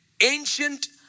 ancient